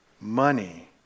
money